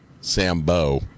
Sambo